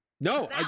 No